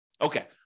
Okay